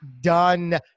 done